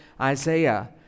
isaiah